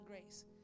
grace